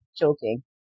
Joking